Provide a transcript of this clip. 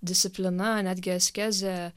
disciplina netgi askezė